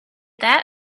that